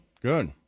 Good